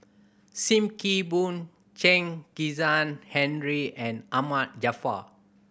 Sim Kee Boon Chen Kezhan Henri and Ahmad Jaafar